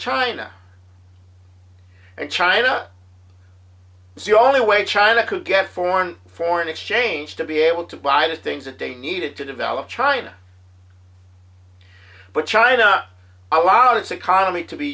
china and china is the only way china could get foreign foreign exchange to be able to buy the things that they needed to develop china but china a lot it's a colony to be